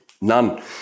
None